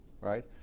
Right